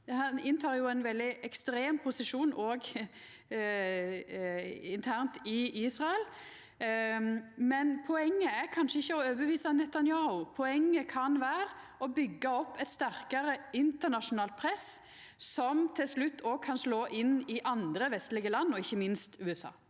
han tek jo ein veldig ekstrem posisjon òg internt i Israel, men poenget er kanskje ikkje å overtyda Netanyahu, poenget kan vera å byggja opp eit sterkare internasjonalt press, som til slutt kan slå inn i andre vestlege land, ikkje minst USA.